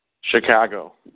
Chicago